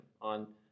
on